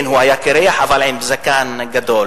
כן, הוא היה קירח אבל עם זקן גדול.